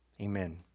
amen